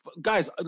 Guys